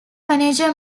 manager